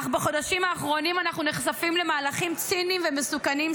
אך בחודשים האחרונים אנחנו נחשפים למהלכים ציניים ומסוכנים,